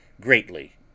greatly